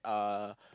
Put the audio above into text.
uh